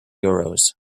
euros